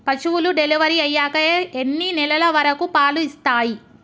పశువులు డెలివరీ అయ్యాక ఎన్ని నెలల వరకు పాలు ఇస్తాయి?